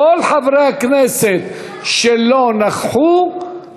חבר הכנסת מנחם אליעזר מוזס,